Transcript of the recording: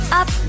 up